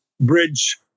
bridge